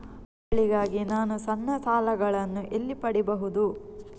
ಹಬ್ಬಗಳಿಗಾಗಿ ನಾನು ಸಣ್ಣ ಸಾಲಗಳನ್ನು ಎಲ್ಲಿ ಪಡಿಬಹುದು?